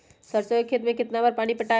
सरसों के खेत मे कितना बार पानी पटाये?